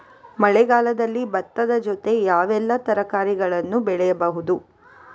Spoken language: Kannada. ಮಳೆಗಾಲದಲ್ಲಿ ಭತ್ತದ ಜೊತೆ ಯಾವೆಲ್ಲಾ ತರಕಾರಿಗಳನ್ನು ಬೆಳೆಯಬಹುದು?